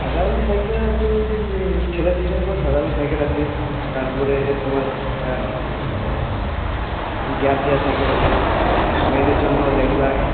সাধারণ সাইকেল ছেলেদের জন্য সাধারণ সাইকেল আছে তারপরে তোমার আর গিয়ার দেওয়া সাইকেল হবে আর মেয়েদের জন্য লেডিবার্ড